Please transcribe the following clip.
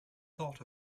thought